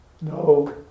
No